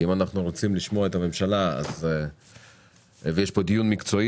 כי אם אנחנו רוצים לשמוע את הממשלה ואם רוצים לנהל דיון מקצועי